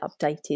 updated